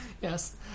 Yes